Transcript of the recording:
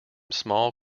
smaller